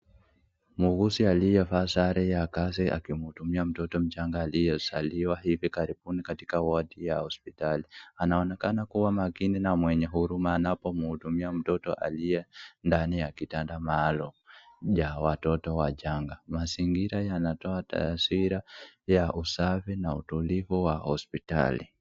Muuguzi aliyevaa sare ya kazi akimhudumia mtoto mchanga aliyezaliwa hivi karibuni katika wodi ya hospitali. Anaonekana kuwa makini na mwenye huruma anapomhudumia mtoto aliye ndani ya kitanda maalum ya watoto wachanga .Mazingira yanatoa taswira ya usafi na utulivu wa hospitali.